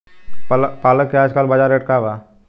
पालक के आजकल बजार रेट का बा?